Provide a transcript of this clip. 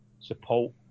support